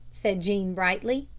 said jean brightly.